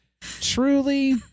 Truly